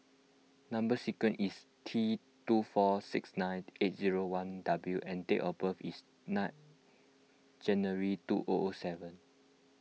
Number Sequence is T two four six nine eight zero one W and date of birth is nine January two O O seven